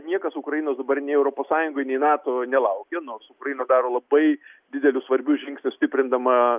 niekas ukrainos dabar nei europos sąjungoj nei nato nelaukia nors ukraina daro labai didelius svarbius žingsnius stiprindama